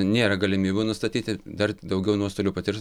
nėra galimybių nustatyti dar daugiau nuostolių patirs